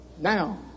Now